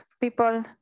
people